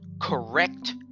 correct